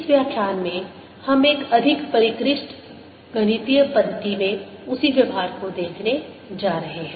इस व्याख्यान में हम एक अधिक परिष्कृत गणितीय पद्धति में उसी व्यवहार को देखने जा रहे हैं